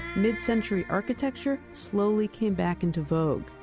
mid-century architecture slowly came back into vogue.